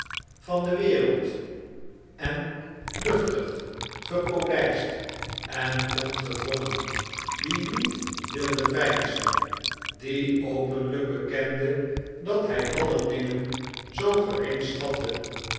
van de wereld luchtig gepolijst en ongedwongen die niet wilde veinzen die openlijk bekende dat hij alle dingen zoo gering schatte